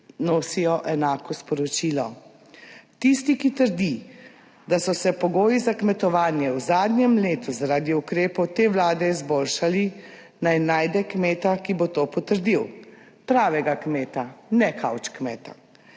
nosijo enako sporočilo. Tisti, ki trdi, da so se pogoji za kmetovanje v zadnjem letu zaradi ukrepov te vlade izboljšali, naj najde kmeta, ki bo to potrdil, pravega kmeta, ne kavč kmeta.